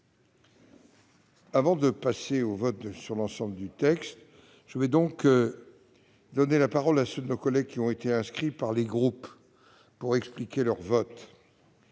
Avant de passer au vote sur l'ensemble du texte, je vais donner la parole à ceux de nos collègues qui ont été inscrits par les groupes pour expliquer leur vote.